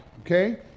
okay